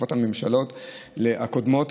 בתקופת הממשלות הקודמות,